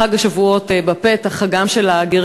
חג השבועות בפתח, חגם של הגרים.